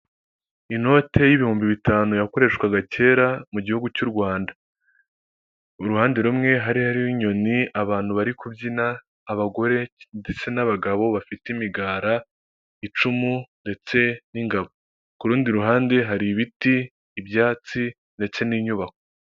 Inote y'ibihumbi bitanu yakoreshwaga kera mu gihugu cy'Urwanda, uruhande rumwe hari hariho inyoni, abantu bari kubyina, abagore ndetse n'abagabo bafite imigara, icumu ndetse n'ingabo, kurundi ruhande hari ibiti, ibyatsi ndetse n'inyubako.